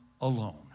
alone